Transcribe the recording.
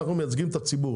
אנחנו מייצגים את הציבור,